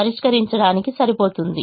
పరిష్కరించడానికి సరిపోతుంది